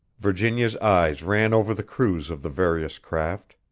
virginia's eyes ran over the crews of the various craft.